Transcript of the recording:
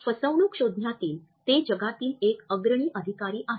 फसवणूक शोधण्यातील ते जगातील एक अग्रणी अधिकारी आहेत